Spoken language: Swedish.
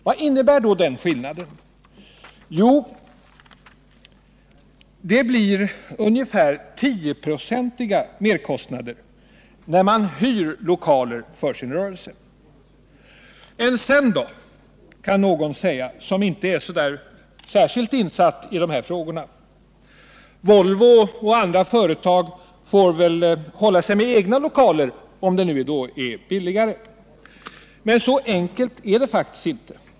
Vad innebär då denna skillnad? Jo, det blir ungefär 10-procentiga merkostnader när man hyr lokaler för sin rörelse. Än sen då, kan någon säga som inte är särskilt insatt i dessa frågor. Volvo och andra företag får väl hålla sig med egna lokaler, om det skulle vara billigare. Men så enkelt är det faktiskt inte.